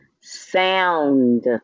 sound